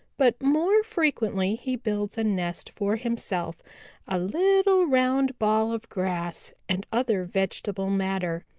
but more frequently he builds a nest for himself a little round ball of grass and other vegetable matter.